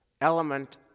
element